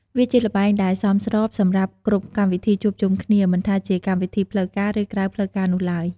វាជាល្បែងដែលសមស្របសម្រាប់គ្រប់កម្មវិធីជួបជុំគ្នា មិនថាជាកម្មវិធីផ្លូវការ ឬក្រៅផ្លូវការនោះឡើយ។